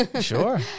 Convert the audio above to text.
Sure